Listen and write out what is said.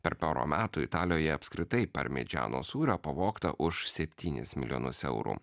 per porą metų italijoje apskritai parmidžano sūrio pavogta už septynis milijonus eurų